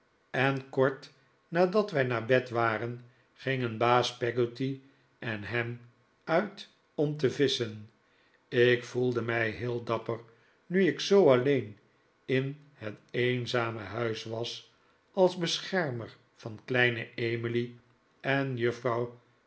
en kort nadat wij naar bed waren gingen baas peggotty en ham uit om te visschen ik voelde mij heel dapper nu ik zoo alleen in het eenzame huis was als beschermer van kleine emily en juffrouw